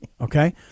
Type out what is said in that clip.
Okay